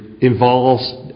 involves